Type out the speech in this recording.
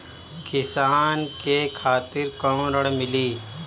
किसान के खातिर कौन ऋण मिली?